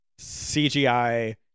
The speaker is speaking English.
CGI